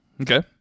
Okay